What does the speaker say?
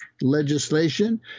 legislation